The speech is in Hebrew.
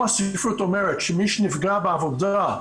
כל הספרות אומרת שמי שנפגע בעבודה,